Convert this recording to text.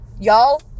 Y'all